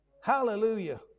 Hallelujah